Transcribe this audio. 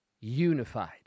unified